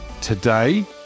Today